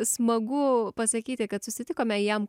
smagu pasakyti kad susitikome jam